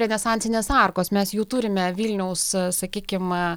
renesansinės arkos mes jų turime vilniaus sakykim